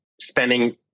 spending